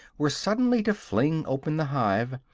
were suddenly to fling open the hive,